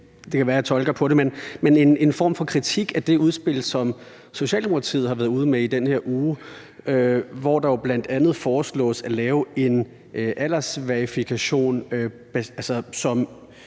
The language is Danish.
det kan være, jeg tolker på det – en form for kritik af det udspil, som Socialdemokratiet har været ude med i den her uge, hvor der jo bl.a. foreslås at lave en aldersverifikation